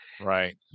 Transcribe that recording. Right